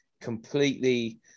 completely